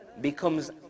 becomes